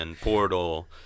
portal